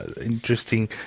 interesting